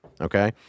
Okay